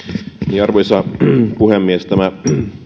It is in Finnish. arvoisa puhemies tämä